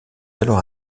alors